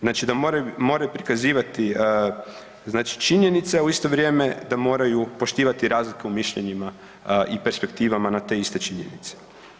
Znači da moraju prikazivati znači činjenice, a u isto vrijeme da moraju poštivati razlike u mišljenjima i perspektivama na te iste činjenice.